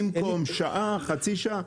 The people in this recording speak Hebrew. במקום שעה חצי שעה?